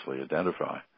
identify